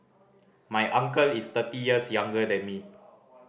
my uncle is thirty years younger than me